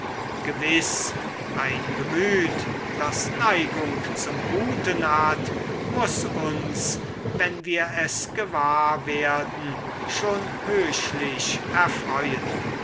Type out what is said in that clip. gewiß ein gemüt das neigung zum guten hat muß uns wenn wir es gewahr werden schon höchlich erfreuen